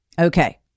Okay